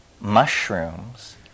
mushrooms